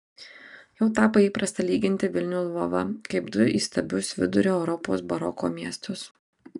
jau tapo įprasta lyginti vilnių ir lvovą kaip du įstabius vidurio europos baroko miestus